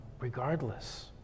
regardless